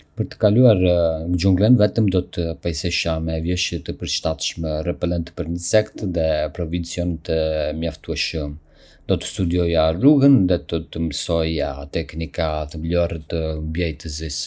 Për të kaluar xhunglën vetëm, do të pajisesha me veshje të përshtatshme, repelent për insekte dhe provizione të mjaftueshme. Do të studioja rrugën dhe do të mësoja teknika themelore të mbijetesës.